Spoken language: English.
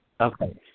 Okay